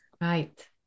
Right